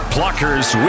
Pluckers